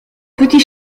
petit